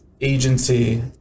agency